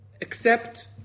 accept